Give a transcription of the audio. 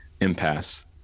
impasse